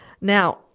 Now